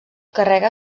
carrega